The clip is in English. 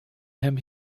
him